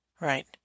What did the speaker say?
right